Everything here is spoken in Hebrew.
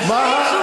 אחרי עשר שנים,